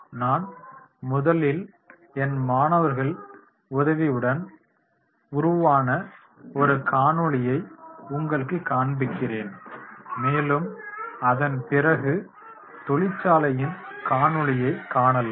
நான் முதலில் என் மாணவர்கள் உதவியுடன் உருவான ஒரு காணொளியை உங்களுக்கு காண்பிக்கிறேன் மேலும் அதன் பிறகு தொழில்சாலையின் காணொளியை காணலாம்